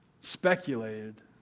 speculated